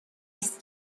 است